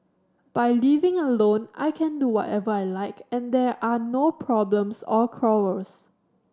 by living alone I can do whatever I like and there are no problems or quarrels